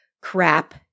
crap